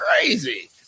crazy